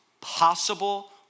possible